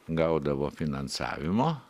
gaudavo finansavimo